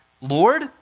Lord